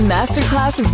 Masterclass